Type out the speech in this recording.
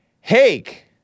Hake